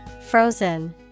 Frozen